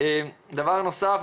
דבר נוסף,